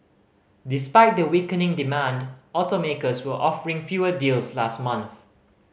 despite the weakening demand automakers were offering fewer deals last month